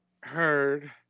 heard